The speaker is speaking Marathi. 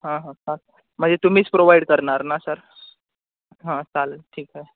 हां हां हां म्हणजे तुम्हीच प्रोव्हाइड करणार ना सर हां चालेल ठीक आहे